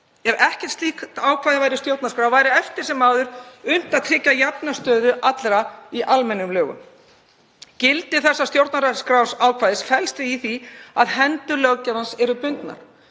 Ef ekkert slíkt ákvæði væri í stjórnarskrá væri eftir sem áður unnt að tryggja jafna stöðu allra í almennum lögum. Gildi þessa stjórnarskrárákvæðis felst því í því að hendur löggjafans eru bundnar.